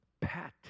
pet